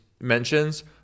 mentions